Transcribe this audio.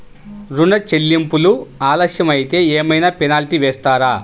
ఋణ చెల్లింపులు ఆలస్యం అయితే ఏమైన పెనాల్టీ వేస్తారా?